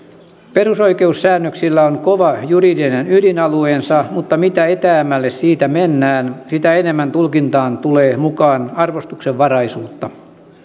perusoikeussäännöksillä on kova juridinen ydinalueensa mutta mitä etäämmälle siitä mennään sitä enemmän tulkintaan tulee mukaan arvostuksenvaraisuutta